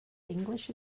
english